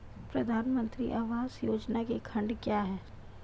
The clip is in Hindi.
प्रधानमंत्री आवास योजना के खंड क्या हैं?